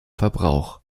verbrauch